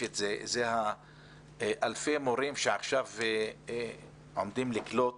אותה היא אלפי המורים שעכשיו עומדים לקלוט